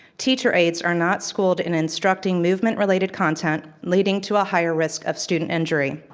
teacher aides are not schooled in instructing movement related content, leading to a higher risk of student injury.